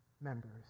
members